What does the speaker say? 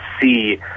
see